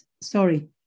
Sorry